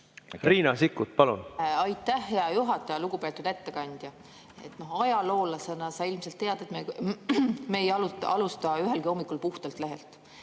Riina Sikkut, palun! Aitäh, hea juhataja! Lugupeetud ettekandja! Ajaloolasena sa ilmselt tead, et me ei alusta ühelgi hommikul puhtalt lehelt.